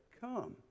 come